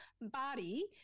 body